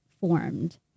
formed